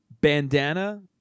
Bandana